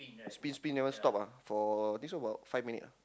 spin spin never stop ah for think so about five minute ah